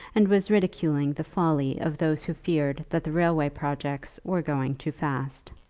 and was ridiculing the folly of those who feared that the railway projectors were going too fast.